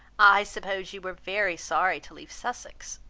i suppose you were very sorry to leave sussex.